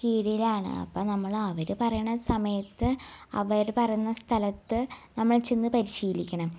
കീഴിലാണ് അപ്പം നമ്മളവർ പറയണ സമയത്ത് അവർ പറയുന്ന സ്ഥലത്ത് നമ്മൾ ചെന്ന് പരിശീലിക്കണം